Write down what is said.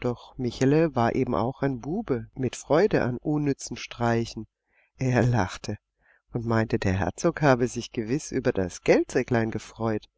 doch michele war eben auch ein bube mit freude an unnützen streichen er lachte und meinte der herzog habe sich gewiß über das geldsäcklein gefreut